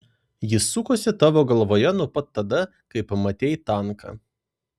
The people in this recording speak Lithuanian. jis sukosi tavo galvoje nuo pat tada kai pamatei tanką